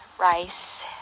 rice